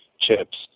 chips